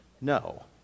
No